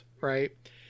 right